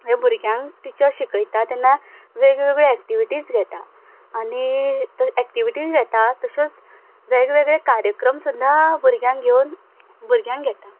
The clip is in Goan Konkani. ह्या भुरग्यांक टिचर्स शिकयता तेन्ना वेगळ्योवेगळ्यो एकटिविटीज घेता आनी एकटिविटी घेता तश्योच वेगवेगळे कार्यक्रम सुद्दां भुरग्यांक घेवन भुरग्यांक घेता